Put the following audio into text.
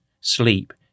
sleep